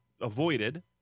avoided